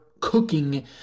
cooking